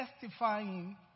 testifying